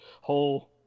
whole